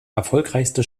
erfolgreichste